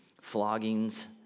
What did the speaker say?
floggings